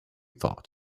thought